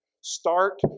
Start